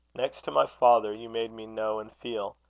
next to my father, you made me know and feel.